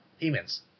payments